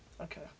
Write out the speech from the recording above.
okay